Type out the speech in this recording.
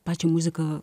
pačią muziką